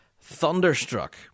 Thunderstruck